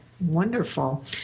Wonderful